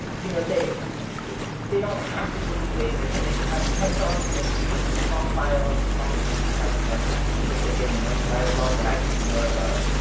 you know they they don't have to just be waiting their turn. they can have some headphones and they can be working with song files. songs can be telling them if they're getting the notes right or wrong and i can be more of